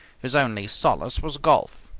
his only solace was golf.